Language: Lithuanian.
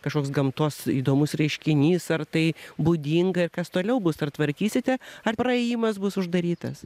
kažkoks gamtos įdomus reiškinys ar tai būdinga ir kas toliau bus ar tvarkysite ar praėjimas bus uždarytas